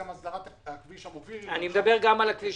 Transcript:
אני שואל אותך, אתה מנכ"ל משרד הדתות, תגיד.